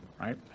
right